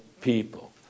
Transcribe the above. people